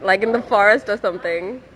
like in the forest or something